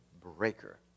breaker